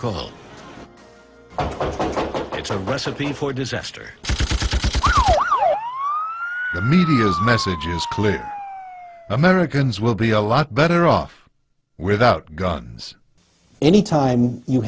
call it's a recipe for disaster the media's message is clear americans will be a lot better off without guns anytime you